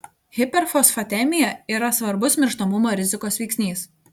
hiperfosfatemija yra svarbus mirštamumo rizikos veiksnys